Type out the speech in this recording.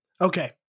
Okay